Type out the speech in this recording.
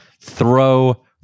throw